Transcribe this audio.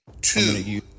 Two